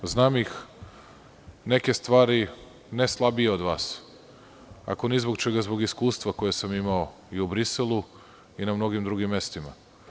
Znam ih, neke stvari, ne slabije od vas, ako ni zbog čega, zbog iskustva koje sam imamo i u Briselu i na mnogim drugim mestima.